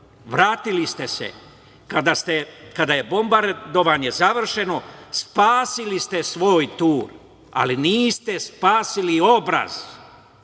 Vratili ste se kada je bombardovanje završeno. Spasili ste svoj tur, ali niste spasili obraz.